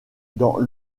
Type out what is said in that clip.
dans